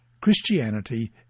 Christianity